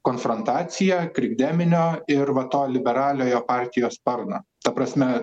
konfrontaciją krikdeminio ir va to liberaliojo partijos sparno ta prasme